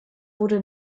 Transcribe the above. wurde